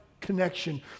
connection